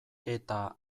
eta